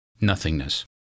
Nothingness